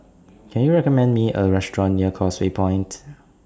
Can YOU recommend Me A Restaurant near Causeway Point